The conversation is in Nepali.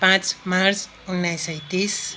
पाँच मार्च उन्नाइस सय तिस